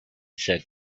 said